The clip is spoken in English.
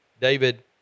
David